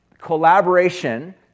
collaboration